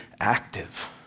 active